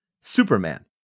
Superman